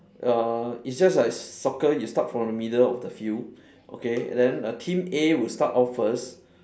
uh it's just like soccer you start from the middle of the field okay then team A will start off first